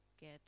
get